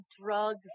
drugs